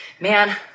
man